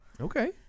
Okay